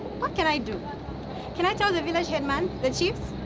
what can i do? can i tell the village headman, the chief.